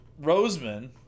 roseman